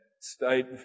state